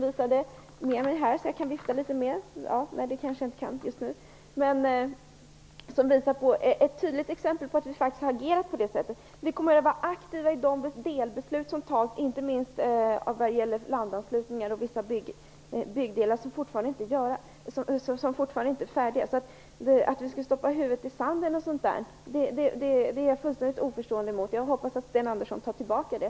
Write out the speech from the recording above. Jag har t.o.m. ett pressmeddelande med mig som är ett tydligt exempel på att vi faktiskt agerar på det sättet. Vi kommer att vara aktiva i de delbeslut som fattas, inte minst när det gäller landanslutningar och vissa byggdelar som fortfarande inte är färdiga. Att vi skulle stoppa huvudet i sanden ställer jag mig fullständigt oförstående till. Jag hoppas att Sten Andersson tar tillbaka det.